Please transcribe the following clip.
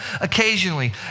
occasionally